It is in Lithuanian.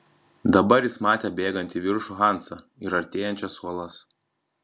dabar jis matė bėgantį į viršų hansą ir artėjančias uolas